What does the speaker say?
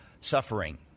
suffering